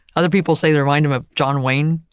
other people say they remind him of john wayne,